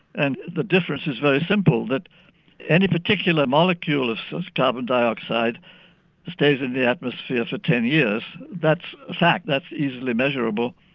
and the difference is very simple, that any particular molecule of carbon dioxide stays in the atmosphere for ten years, that's a fact, that's easily measurable,